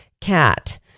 cat